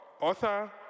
author